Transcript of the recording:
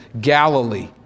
Galilee